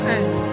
end